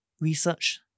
research